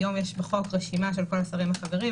היום יש בחוק רשימה של כל השרים החברים.